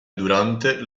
durante